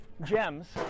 Gems